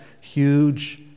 huge